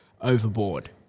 overboard